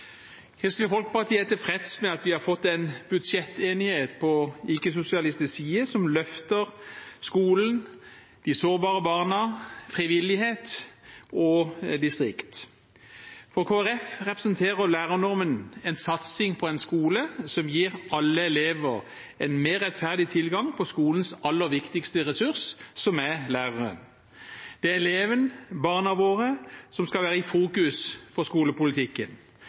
Kristelig Folkeparti er tilfreds med at vi har fått en budsjettenighet på ikke-sosialistisk side som løfter skolen, de sårbare barna, frivillighet og distrikt. For Kristelig Folkeparti representerer lærernormen en satsing på en skole som gir alle elever en mer rettferdig tilgang på skolens aller viktigste ressurs, som er læreren. Det er elevene, barna våre, som skal være i fokus for skolepolitikken.